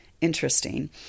Interesting